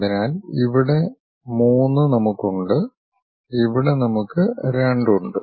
അതിനാൽ ഇവിടെ 3 നമുക്കുണ്ട് ഇവിടെ നമുക്ക് 2 ഉണ്ട്